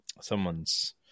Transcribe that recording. someone's